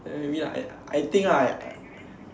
maybe like I think like